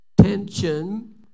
tension